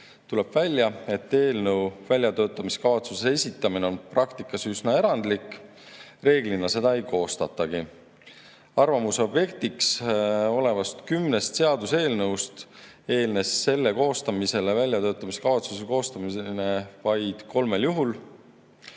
tuleb välja, et eelnõu väljatöötamiskavatsuse esitamine on praktikas üsna erandlik. Reeglina seda ei koostatagi. Arvamuse objektiks oleva kümne seaduseelnõu puhul eelnes selle koostamisele väljatöötamiskavatsuse koostamine vaid kolmel juhul.